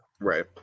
Right